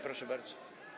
Proszę bardzo.